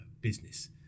business